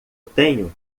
tenho